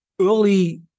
early